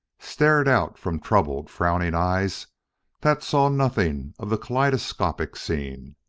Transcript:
stared out from troubled, frowning eyes that saw nothing of the kaleidoscopic scene.